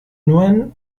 nuen